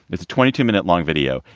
it's a twenty two minute long video.